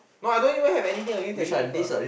no I don't even anything I didn't telling people